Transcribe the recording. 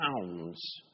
pounds